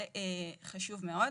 וזה חשוב מאוד.